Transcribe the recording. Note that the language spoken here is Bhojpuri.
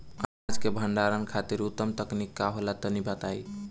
अनाज के भंडारण खातिर उत्तम तकनीक का होला तनी बताई?